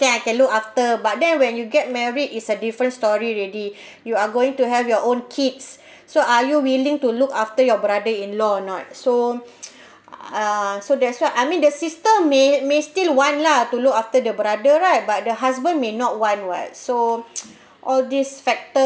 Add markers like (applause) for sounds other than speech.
can I can look after but then when you get married is a different story already (breath) you are going to have your own kids (breath) so are you willing to look after your brother in law or not so (noise) ah so that's what I mean the sister may may still want lah to look after the brother right but the husband may not want [what] so (noise) all these factor